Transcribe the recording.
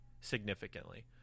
significantly